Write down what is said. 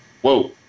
whoa